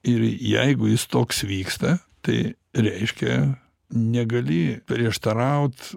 ir jeigu jis toks vyksta tai reiškia negali prieštaraut